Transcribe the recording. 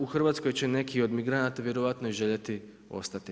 U Hrvatskoj će neki od migranata vjerojatno i željeti ostati.